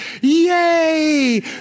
yay